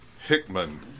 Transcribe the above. Hickman